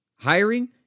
Hiring